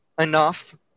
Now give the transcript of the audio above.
enough